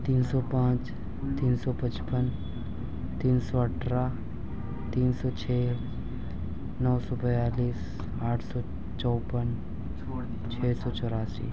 تین سو پانچ تین سو پچپن تین سو اٹھارہ تین سو چھ نو سو بیالیس آٹھ سو چوّن چھ سو چوراسی